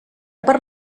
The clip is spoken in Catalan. per